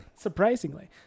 Surprisingly